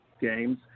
games